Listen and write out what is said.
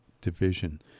division